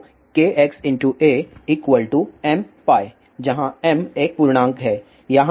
तो kxa mπ जहां m एक पूर्णांक है